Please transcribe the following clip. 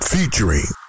Featuring